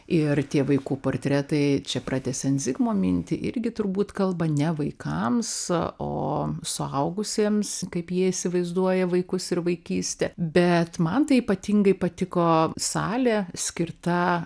ir tie vaikų portretai čia pratęsiant zigmo mintį irgi turbūt kalba ne vaikams o suaugusiems kaip jie įsivaizduoja vaikus ir vaikystę bet man tai ypatingai patiko salė skirta